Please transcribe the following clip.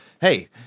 hey